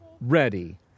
ready